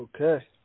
Okay